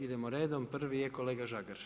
Idemo redom, prvi je kolega Žagar.